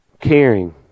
Caring